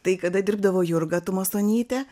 tai kada dirbdavo jurga tumasonytė